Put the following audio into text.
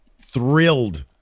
thrilled